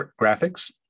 Graphics